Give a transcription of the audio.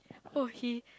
oh he